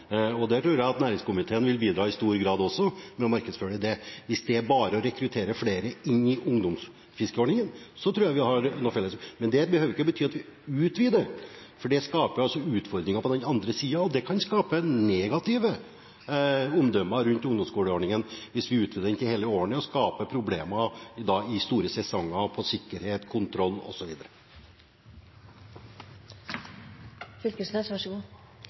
tror også at næringskomiteen vil bidra i stor grad med å markedsføre den. Hvis det bare er å rekruttere flere inn i ungdomsfiskeordningen, tror jeg vi har noe til felles. Men det behøver ikke å bety at vi utvider, for det skaper utfordringer på den andre siden, og det kan skape negativt omdømme rundt ungdomsfiskeordningen hvis vi utvider den til hele året, og skaper problemer i store deler av sesongen med hensyn til sikkerhet og kontroll